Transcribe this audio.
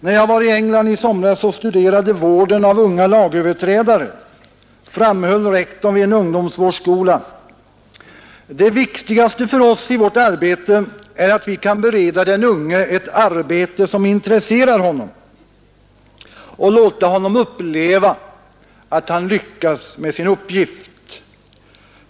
När jag var i England i somras och studerade vården av unga lagöverträdare framhöll rektorn vid en ungdomsvårdsskola: Det viktigaste för oss i vårt arbete är att vi kan bereda den unge ett arbete som intresserar honom och låta honom uppleva att han lyckas med sin uppgift.